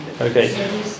Okay